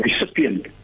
recipient